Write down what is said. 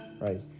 right